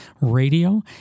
radio